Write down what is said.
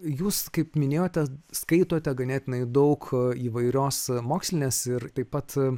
jūs kaip minėjote skaitote ganėtinai daug įvairios mokslinės ir taip pat